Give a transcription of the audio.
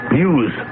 news